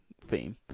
theme